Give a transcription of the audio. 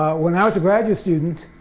when i was a graduate student,